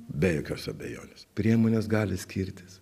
be jokios abejonės priemonės gali skirtis